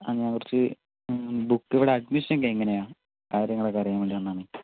ആ ഞാൻ കുറച്ചു ബുക്ക് ഇവിടെ അഡ്മിഷൻ ഒക്കെ എങ്ങനെയാണ് കാര്യങ്ങളൊക്കെ അറിയാൻ വേണ്ടി വന്നതാണ്